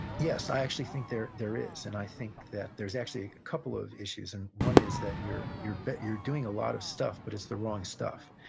yes, i actually think there there is. and i think that there's actually a couple of issues. and one is that you're you're but doing a lot of stuff, but it's the wrong stuff.